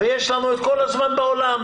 ויש לנו את כל הזמן בעולם.